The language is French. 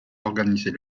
organisez